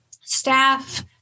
staff